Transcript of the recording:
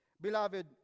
Beloved